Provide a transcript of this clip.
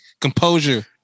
Composure